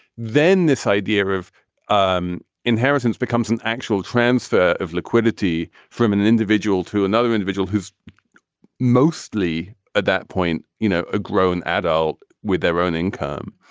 then this idea of um inheritance becomes an actual transfer of liquidity from an individual to another individual who's mostly at that point, you know, a grown adult with their own income.